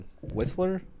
Whistler